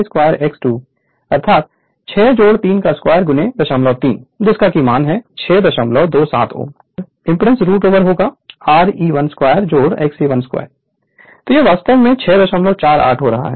Refer Slide Time 0536 तो impedance root over Re12 Xe 12 तो यह वास्तव में 648 हो रहा है